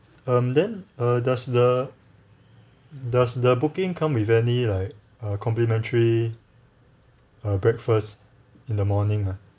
um then uh does the does the booking come with any like uh complementary uh breakfast in the morning ah